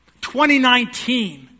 2019